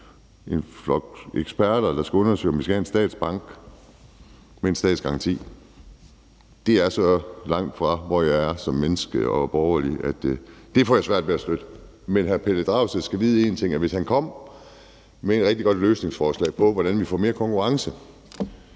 en flok eksperter, der skal undersøge, om vi skal have en statsbank med en statsgaranti, er så langt fra der, hvor jeg er som menneske og borgerlig, at det får jeg svært ved at støtte. Men hr. Pelle Dragsted skal vide en ting, og det er, at hvis han kom med en rigtig god løsning på, hvordan vi får mere konkurrence,